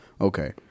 okay